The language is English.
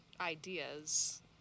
ideas